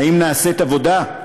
האם נעשית עבודה?